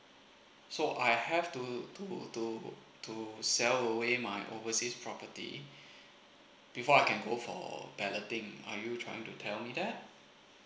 so I have to to to to sell away my overseas property before I can go for balloting are you trying to tell me that